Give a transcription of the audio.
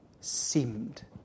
seemed